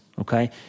okay